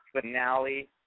finale